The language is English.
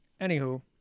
Anywho